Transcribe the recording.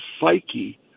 psyche